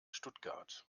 stuttgart